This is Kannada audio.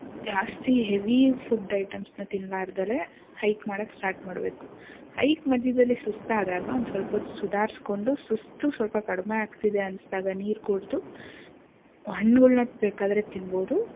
ಜಾಸ್ತಿ ಹೆವಿ ಫುಡ್ ಐಟಮ್ಸನ್ನ ತಿನ್ಲಾರ್ದಲೇ ಹೈಕ್ ಮಾಡಕ್ಕೆ ಸ್ಟಾರ್ಟ್ ಮಾಡಬೇಕು ಹೈಕ್ ಮಧ್ಯದಲ್ಲಿ ಸುಸ್ತಾದಾಗ ಒಂದು ಸ್ವಲ್ಪೊತ್ತು ಸುಧಾರ್ಸ್ಕೊಂಡು ಸುಸ್ತು ಸ್ವಲ್ಪ ಕಡಿಮೆ ಆಗ್ತಿದೆ ಅನ್ಸ್ದಾಗ ನೀರು ಕುಡಿದು ಹಣ್ಣುಗಳ್ನ ಬೇಕಾದರೆ ತಿನ್ಬೋದು